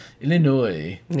Illinois